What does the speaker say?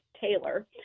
Taylor